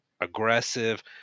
aggressive